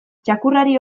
txakurrari